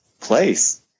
Place